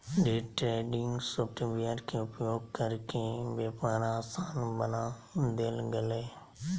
day trading software के उपयोग करके व्यापार आसान बना देल गेलय